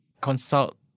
consult